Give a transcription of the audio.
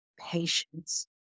patience